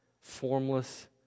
formless